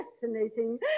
fascinating